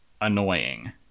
annoying